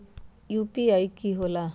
UPI कि होला?